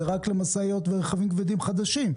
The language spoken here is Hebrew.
זה רק למשאיות ורכבים כבדים חדשים.